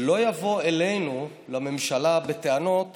שלא יבוא אלינו, לממשלה, בטענות